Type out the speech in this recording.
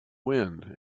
wind